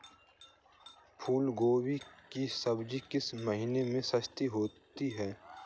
फूल गोभी की सब्जी किस महीने में सस्ती होती है?